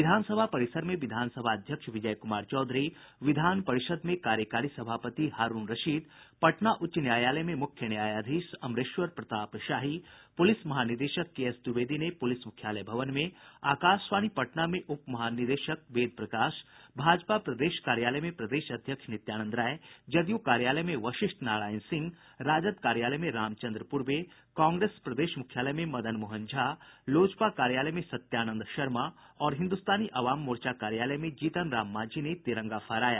विधानसभा परिसर में विधानसभा अध्यक्ष विजय कुमार चौधरी विधान परिषद में कार्यकारी सभापति हारूण रशीद पटना उच्च न्यायालय में मुख्य न्यायाधीश अमरेश्वर प्रताप शाही पुलिस महानिदेशक केएस द्विवेदी ने पुलिस मुख्यालय भवन में आकाशवाणी पटना में उप महानिदेशक वेद प्रकाश भाजपा प्रदेश कार्यालय में प्रदेश अध्यक्ष नित्यानंद राय जदयू कार्यालय में वशिष्ठ नारायण सिंह राजद कार्यालय में रामचन्द्र पूर्वे कांग्रेस प्रदेश मुख्यालय में मदन मोहन झा लोजपा कार्यालय में सत्यानंद शर्मा और हिन्दुस्तानी अवाम मोर्चा कार्यालय में जीतनराम मांझी ने तिरंगा फहराया